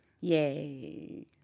yay